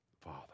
Father